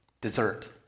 dessert